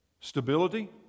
Stability